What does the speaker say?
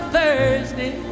Thursday